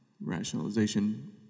rationalization